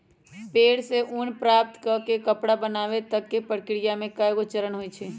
भेड़ से ऊन प्राप्त कऽ के कपड़ा बनाबे तक के प्रक्रिया में कएगो चरण होइ छइ